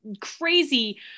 crazy